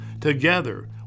Together